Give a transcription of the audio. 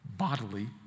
bodily